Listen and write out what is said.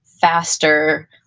faster